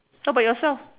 how about yourself